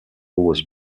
was